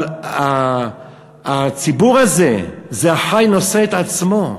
אבל הציבור הזה זה חי, נושא את עצמו.